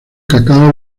cacao